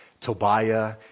Tobiah